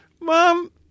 mom